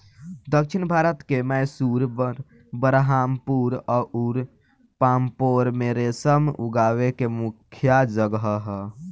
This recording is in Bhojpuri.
दक्षिण भारत के मैसूर, बरहामपुर अउर पांपोर में रेशम उगावे के मुख्या जगह ह